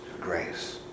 grace